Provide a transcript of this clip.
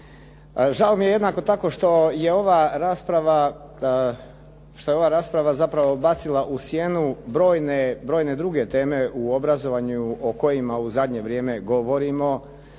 Žao mi je jednako tako što je ova rasprava bacila u sjenu brojne druge teme u obrazovanju o kojima u zadnje vrijeme govorimo